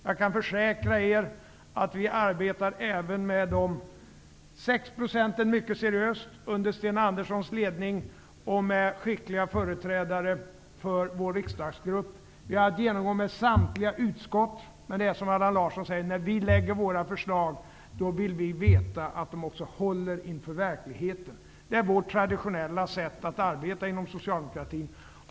Jag kan försäkra er att vi arbetar även med dessa 6 % mycket seriöst under Sten Anderssons ledning och med skickliga företrädare för vår riksdagsgrupp. Vi har haft en genomgång med samtliga utskott, men det är som Allan Larsson säger, när vi lägger fram våra förslag vill vi veta att de också håller inför verkligheten. Det är vårt traditionella sätt att arbeta inom socialdemokratin.